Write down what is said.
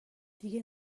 دیگه